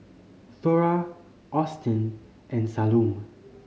Thora Austin and Salome